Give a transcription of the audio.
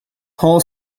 hall